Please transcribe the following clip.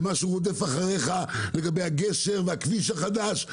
במה שהוא רודף אחריך לגבי הגשר והכביש החדש,